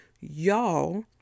y'all